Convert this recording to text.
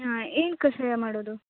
ಆಂ ಏನು ಕಷಾಯ ಮಾಡೋದು